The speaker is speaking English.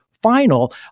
final